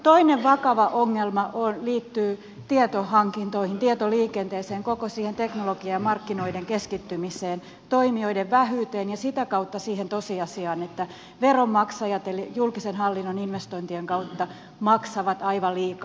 toinen vakava ongelma liittyy tietohankintoihin tietoliikenteeseen koko siihen teknologian ja markkinoiden keskittymiseen toimijoiden vähyyteen ja sitä kautta siihen tosiasiaan että veronmaksajat julkisen hallinnon investointien kautta maksavat aivan liikaa